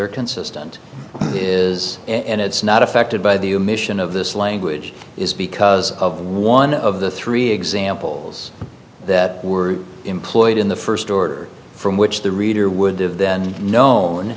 are consistent is and it's not affected by the emission of this language is because of one of the three examples that were employed in the first order from which the reader would have then known